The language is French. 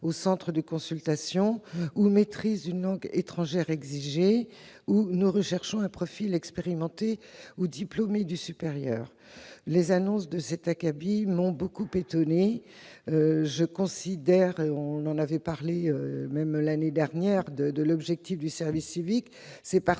au centre de consultation », ou « maîtrise d'une langue étrangère exigée », ou « nous recherchons un profil expérimenté ou diplômé du supérieur »... Les annonces de cet acabit m'ont beaucoup étonnée. Je considère- et on en avait déjà parlé l'année dernière -que l'objectif du service civique, c'est partir